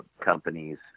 companies